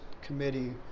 committee